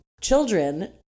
children